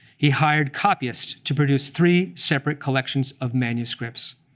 he hired copyists to produce three separate collections of manuscripts.